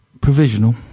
Provisional